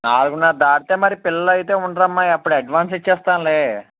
నాలుగున్నర దాటితే మరి పిల్లలైతే ఉండరమ్మ అప్పుడు అడ్వాన్స్ ఇచ్చేస్తానులే